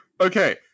okay